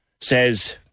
says